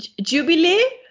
jubilee